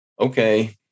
okay